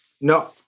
no